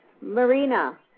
Marina